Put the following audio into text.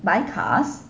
buy cars